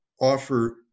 offer